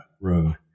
room